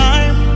Time